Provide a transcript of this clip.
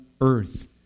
earth